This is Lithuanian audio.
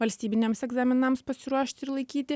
valstybiniams egzaminams pasiruošti ir laikyti